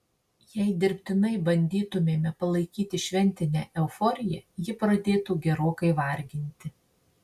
jei dirbtinai bandytumėme palaikyti šventinę euforiją ji pradėtų gerokai varginti